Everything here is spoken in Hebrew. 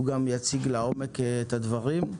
הוא גם יציג לעומק את הדברים.